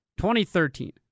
2013